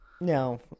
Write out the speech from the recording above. No